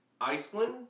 Iceland